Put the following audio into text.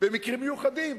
במקרים מיוחדים.